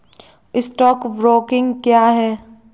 Stock broking क्या है?